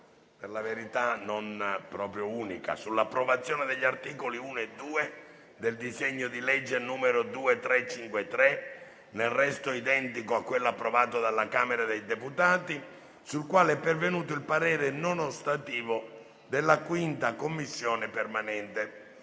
(per la verità non proprio unica) sull'approvazione degli articoli 1 e 2 del disegno di legge n. 2353, nel testo identico a quello approvato dalla Camera dei deputati, sul quale è pervenuto il parere non ostativo della 5a Commissione permanente.